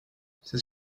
c’est